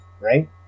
Right